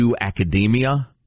academia